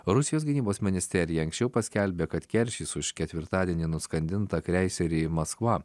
rusijos gynybos ministerija anksčiau paskelbė kad keršys už ketvirtadienį nuskandintą kreiserį maskva